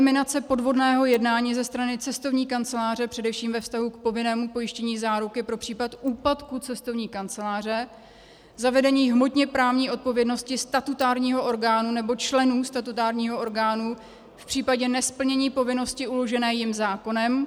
eliminace podvodného jednání ze strany cestovní kanceláře především ve vztahu k povinnému pojištění záruky pro případ úpadku cestovní kanceláře; zavedení hmotněprávní odpovědnosti statutárního orgánu nebo členů statutárního orgánu v případě nesplnění povinnosti uložené jim zákonem;